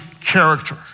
character